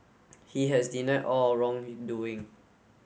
he has denied all or wrongdoing